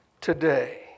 Today